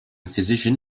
physician